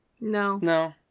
No